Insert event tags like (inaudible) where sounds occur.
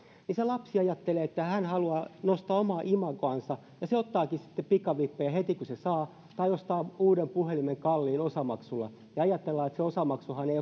niin se lapsi ajattelee että hän haluaa nostaa omaa imagoansa ja ottaakin sitten pikavippejä heti kun hän saa tai ostaa uuden puhelimen kalliilla osamaksulla ajatellaan että se osamaksuhan ei (unintelligible)